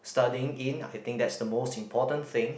studying in I think that's the most important thing